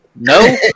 No